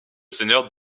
seigneur